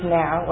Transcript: now